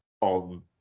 on